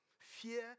Fear